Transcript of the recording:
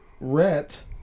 Rhett